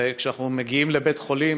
וכשאנחנו מגיעים לבית-חולים,